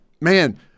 Man